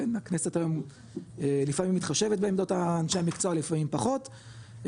הכנסת היום לפעמים מתחשבת בעמדות אנשי המקצוע לפעמים פחות,